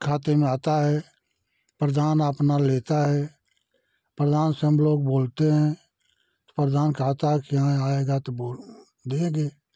के खाते में आता है प्रधान अपना लेता है प्रधान से हम लोग बोलते हैं प्रधान कहता है कि नहीं आएगा तो बोल देंगे